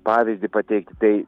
pavyzdį pateikti tai